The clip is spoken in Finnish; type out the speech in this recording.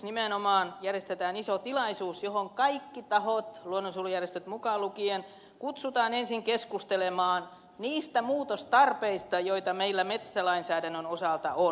nimenomaan järjestetään iso tilaisuus johon kaikki tahot luonnonsuojelujärjestöt mukaan lukien kutsutaan ensin keskustelemaan niistä muutostarpeista joita meillä metsälainsäädännön osalta on